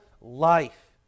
life